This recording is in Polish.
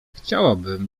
chciałabym